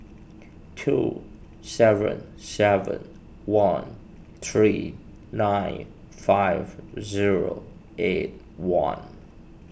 two seven seven one three nine five zero eight one